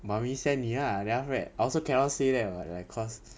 mummy send 你 lah then after that I also cannot say that [what] like cause